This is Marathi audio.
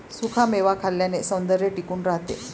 सुखा मेवा खाल्ल्याने सौंदर्य टिकून राहते